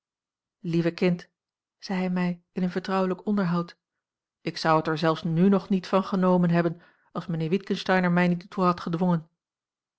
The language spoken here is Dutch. lieve kind zei hij mij in een vertrouwelijk onderhoud ik zou het er zelfs nu ng niet van genomen hebben als mijnheer witgensteyn er mij niet toe had gedwongen